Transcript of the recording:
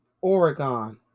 Oregon